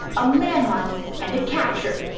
ah manhunt and capture.